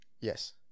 Yes